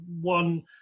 one